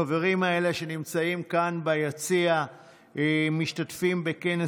החברים האלה שנמצאים כאן ביציע משתתפים בכנס